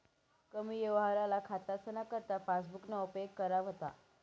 कमी यवहारवाला खातासना करता पासबुकना उपेग करा व्हता